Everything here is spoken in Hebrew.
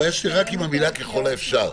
הבעיה שלי רק עם הצירוף "ככל האפשר".